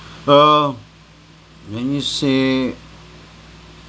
uh when you say